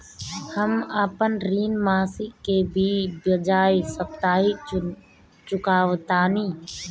हम अपन ऋण मासिक के बजाय साप्ताहिक चुकावतानी